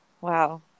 Wow